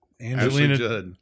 Angelina